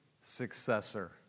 successor